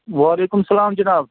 وعلیکُم سلام جناب